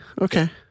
okay